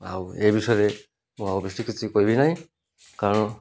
ଆଉ ଏ ବିଷୟରେ ମୁଁ ଆଉ ବେଶୀ କିଛି କହିବି ନାହିଁ କାରଣ